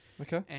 Okay